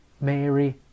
Mary